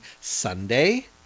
Sunday